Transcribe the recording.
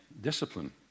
discipline